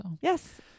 Yes